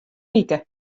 wike